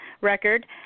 record